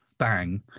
bang